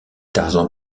tarzan